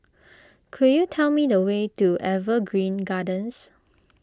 could you tell me the way to Evergreen Gardens